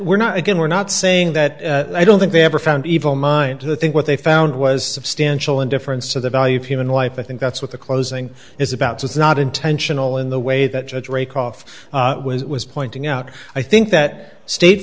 we're not again we're not saying that i don't think they ever found evil mind to think what they found was substantial indifference so the value of human life i think that's what the closing is about so it's not intentional in the way that judge raycroft was pointing out i think that state